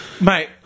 Mate